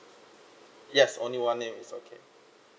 yes only one name is okay